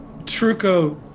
Truco